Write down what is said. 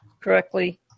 correctly